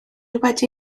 wedi